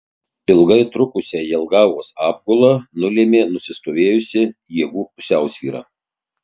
ilgai trukusią jelgavos apgulą nulėmė nusistovėjusi jėgų pusiausvyra